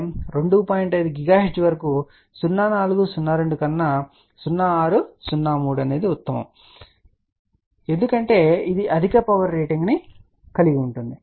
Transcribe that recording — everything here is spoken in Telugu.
5 GHz వరకు 0402 కన్నా 0603 ఉత్తమం అని వ్యాఖ్యను ఇక్కడ వ్రాశాను ఎందుకంటే ఇది అధిక పవర్ రేటింగ్ కలిగి ఉంది